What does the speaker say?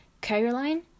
Caroline